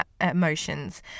emotions